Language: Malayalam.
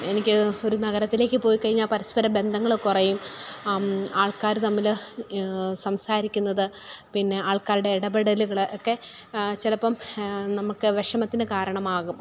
എനിക്ക് ഒരു നഗരത്തിലേക്ക് പോയി കഴിഞ്ഞാൽ പരസ്പര ബന്ധങ്ങൾ കുറയും ആൾക്കാർ തമ്മിൽ സംസാരിക്കുന്നത് പിന്നെ ആൾക്കാരുടെ ഇടപെടലുകൾ ഒക്കെ ചിലപ്പം നമുക്ക് വിഷമത്തിന് കാരണമാകും